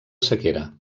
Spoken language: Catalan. sequera